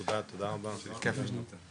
תודה, תודה רבה, אלון.